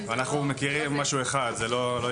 ואנחנו מכירים משהו אחד, זה לא הגיוני.